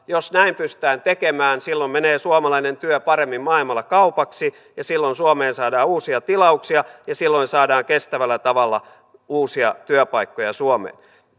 jos näin pystytään tekemään silloin menee suomalainen työ paremmin maailmalla kaupaksi ja silloin suomeen saadaan uusia tilauksia ja silloin saadaan kestävällä tavalla uusia työpaikkoja suomeen